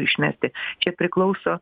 išmesti čia priklauso